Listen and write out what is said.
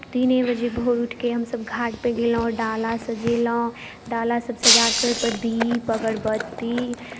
तीने बजे भोरि उठि कऽ हमसभ घाटपर गेलहुँ डाला सजेलहुँ डालासभ सजाके ओहिपर दीप अगरबत्ती